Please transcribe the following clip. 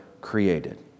created